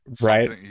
Right